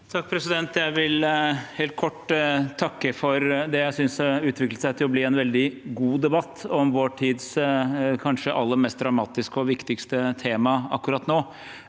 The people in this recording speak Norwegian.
Eide Jeg vil helt kort takke for det jeg synes har utviklet seg til å bli en veldig god debatt om vår tids kanskje aller mest dramatiske og viktige tema akkurat nå,